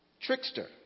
Trickster